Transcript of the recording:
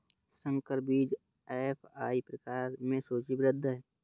संकर बीज एफ.आई प्रकार में सूचीबद्ध है